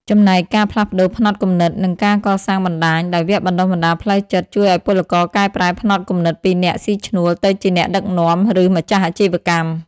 ចំណែកការផ្លាស់ប្តូរផ្នត់គំនិត និងការកសាងបណ្តាញ ដោយវគ្គបណ្តុះបណ្តាលផ្លូវចិត្ត ជួយឲ្យពលករកែប្រែផ្នត់គំនិតពីអ្នកស៊ីឈ្នួលទៅជាអ្នកដឹកនាំ ឬម្ចាស់អាជីវកម្ម។